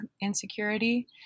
insecurity